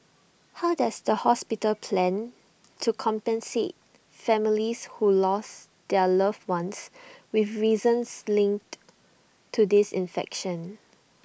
how does the hospital plan to compensate families who lost their loved ones with reasons linked to this infection